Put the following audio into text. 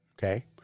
okay